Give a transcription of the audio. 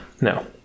No